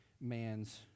man's